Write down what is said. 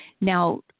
Now